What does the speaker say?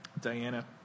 Diana